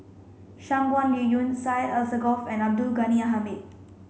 Shangguan Liuyun Syed Alsagoff and Abdul Ghani Hamid